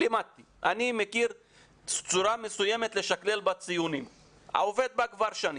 אני מכיר צורה מסוימת לשקלל בה ציונים ועובד איתה כבר שנים.